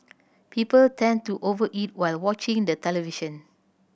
people tend to over eat while watching the television